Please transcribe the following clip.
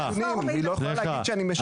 היא לא יכולה להגיד שאני משקר.